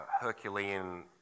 Herculean